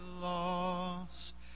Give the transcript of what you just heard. lost